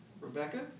Rebecca